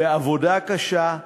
בעבודה קשה,